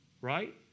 right